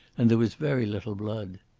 and there was very little blood.